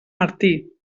martí